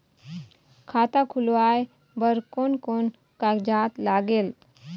खाता खुलवाय बर कोन कोन कागजात लागेल?